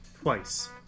Twice